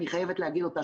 אני חייבת להגיד אותה,